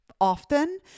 often